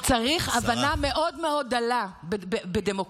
צריך הבנה מאוד מאוד דלה בדמוקרטיה,